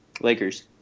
Lakers